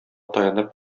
таянып